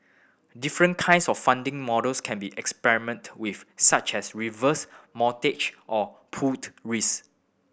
different kinds of funding models can be experiment with such as reverse mortgage or pooled risk